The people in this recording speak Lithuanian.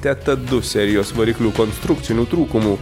teta du serijos variklių konstrukcinių trūkumų